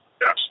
yes